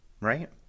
Right